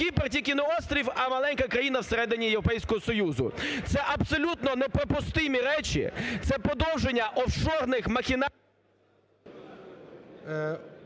Кіпр, тільки не острів, а маленька країна в середині Європейського Союзу. Це абсолютно неприпустимі речі, це продовження офшорних махінацій…